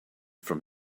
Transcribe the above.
from